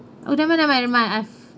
oh never mind never mind I've